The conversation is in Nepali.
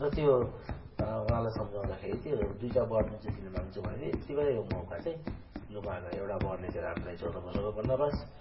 र त्यो उहाँलाई सम्झाउँदाखेरि त्यो दुइटा वर जुन चाहिँ तिमीले माग्छु भनेथ्यौ यतिबेलै हो मौका चाहिँ लु माग एउटा वरले चाहिँ रामलाई चौध वर्षको वनवास